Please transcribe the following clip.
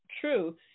true